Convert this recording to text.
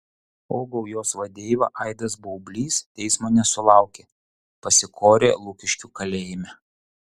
o gaujos vadeiva aidas baublys teismo nesulaukė pasikorė lukiškių kalėjime